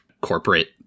corporate